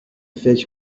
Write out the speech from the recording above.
فکر